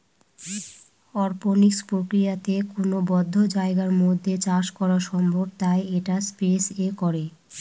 অরপনিক্স প্রক্রিয়াতে কোনো বদ্ধ জায়গার মধ্যে চাষ করা সম্ভব তাই এটা স্পেস এ করে